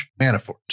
Manafort